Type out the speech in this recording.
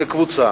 כקבוצה,